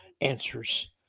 Answers